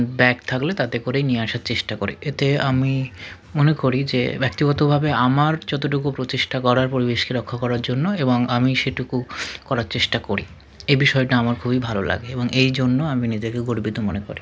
bag থাকলে তাতে করেই নিয়ে আসার চেষ্টা করি এতে আমি মনে করি যে ব্যক্তিগতভাবে আমার যতটুকু প্রচেষ্টা করার পরিবেশকে রক্ষা করার জন্য এবং আমি সেটুকু করার চেষ্টা করি এই বিষয়টা আমার খুবই ভালো লাগে এবং এই জন্য আমি নিজেকে গর্বিত মনে করি